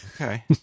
okay